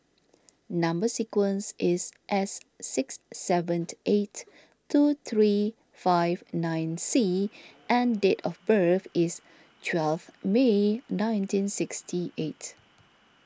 Number Sequence is S six seven eight two three five nine C and date of birth is twelve May nineteen sixty eight